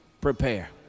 prepare